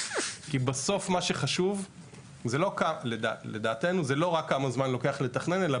כי בסוף מה שחשוב לדעתנו זה לא רק כמה זמן לוקח לתכנן אלא